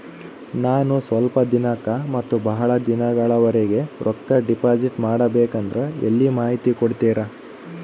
ನಾನು ಸ್ವಲ್ಪ ದಿನಕ್ಕ ಮತ್ತ ಬಹಳ ದಿನಗಳವರೆಗೆ ರೊಕ್ಕ ಡಿಪಾಸಿಟ್ ಮಾಡಬೇಕಂದ್ರ ಎಲ್ಲಿ ಮಾಹಿತಿ ಕೊಡ್ತೇರಾ?